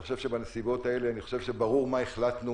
אני חושב שבנסיבות האלה ברור מה החלטנו